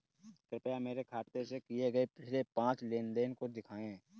कृपया मेरे खाते से किए गये पिछले पांच लेन देन को दिखाएं